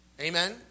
Amen